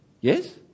Yes